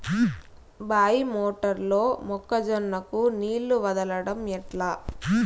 బాయి మోటారు లో మొక్క జొన్నకు నీళ్లు వదలడం ఎట్లా?